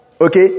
Okay